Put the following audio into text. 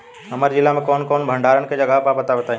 हमरा जिला मे कवन कवन भंडारन के जगहबा पता बताईं?